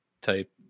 type